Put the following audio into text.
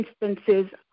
instances